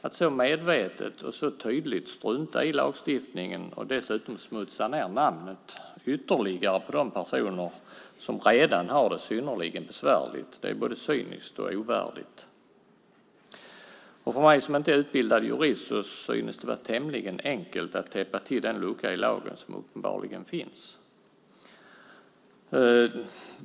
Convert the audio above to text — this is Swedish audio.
Att så medvetet och så tydligt strunta i lagstiftningen och dessutom smutsa ned namnet ytterligare för de personer som redan har det synnerligen besvärligt är både cyniskt och ovärdigt. För mig som inte är utbildad jurist synes det vara tämligen enkelt att täppa till den lucka i lagen som uppenbarligen finns.